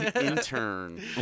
Intern